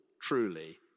truly